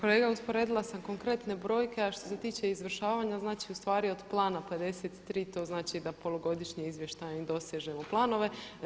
Kolega usporedila sam konkretne brojke, a što se tiče izvršavanja, znači u stvari od plana 53, to znači da polugodišnjim izvještajem dosežemo planove.